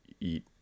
eat